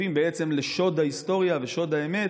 ושותפים בעצם לשוד ההיסטוריה ושוד האמת,